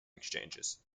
exchanges